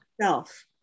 self